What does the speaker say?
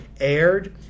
aired